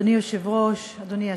אדוני היושב-ראש, אדוני השר,